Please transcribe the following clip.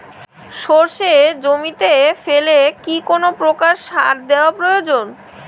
সর্ষে জমিতে ফেলে কি কোন প্রকার সার দেওয়া প্রয়োজন?